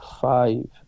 five